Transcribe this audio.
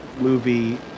movie